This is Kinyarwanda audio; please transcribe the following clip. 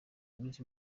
iminsi